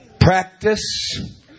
practice